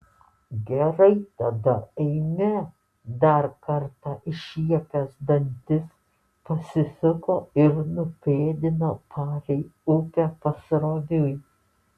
gerai tada eime dar kartą iššiepęs dantis pasisuko ir nupėdino palei upę pasroviui